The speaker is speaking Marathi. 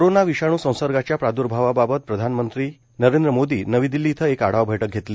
कोरोना विषाणू संसर्गाच्या प्राद्र्भावाबाबत प्रधानमंत्री नरेंद्र मोदी नवी दिल्ली इथं एक आढावा बैठक घेतली